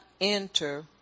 enter